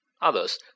others